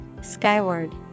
Skyward